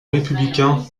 républicain